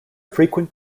frequent